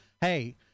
hey